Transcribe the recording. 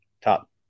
top